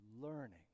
learning